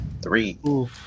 Three